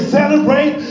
celebrate